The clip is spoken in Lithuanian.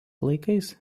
laikais